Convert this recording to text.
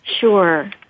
Sure